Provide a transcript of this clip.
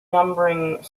numbering